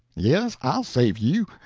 yes, i'll save you.